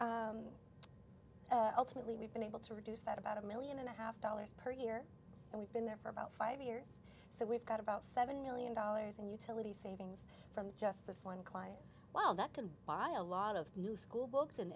and ultimately we've been able to reduce that about a million and a half dollars per year and we've been there for about five years so we've got about seven million dollars and utility savings from just this one client well that can buy a lot of new school books and